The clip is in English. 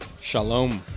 Shalom